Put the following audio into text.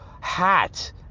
hat